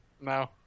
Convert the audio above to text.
No